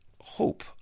hope